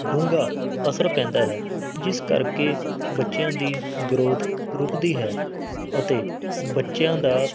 ਡੂੰਘਾ ਅਸਰ ਪੈਂਦਾ ਹੈ ਜਿਸ ਕਰਕੇ ਬੱਚਿਆਂ ਦੀ ਗਰੋਥ ਰੁੱਕਦੀ ਹੈ ਅਤੇ ਬੱਚਿਆਂ ਦਾ